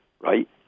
right